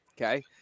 okay